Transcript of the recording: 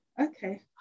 Okay